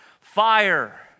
fire